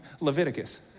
Leviticus